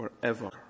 forever